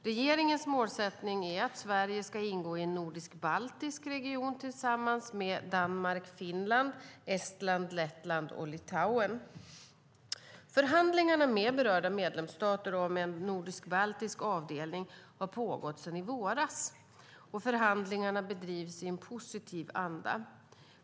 Regeringens målsättning är att Sverige ska ingå i en nordisk-baltisk region tillsammans med Danmark, Finland, Estland, Lettland och Litauen. Förhandlingarna med berörda medlemsstater om en nordisk-baltisk avdelning har pågått sedan i våras. Förhandlingarna bedrivs i en positiv anda.